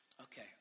Okay